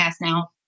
now